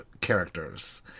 characters